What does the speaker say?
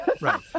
right